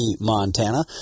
Montana